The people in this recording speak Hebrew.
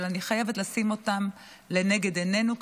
אבל אני חייבת לשים אותם לנגד עינינו,